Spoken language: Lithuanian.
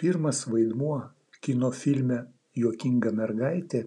pirmas vaidmuo kino filme juokinga mergaitė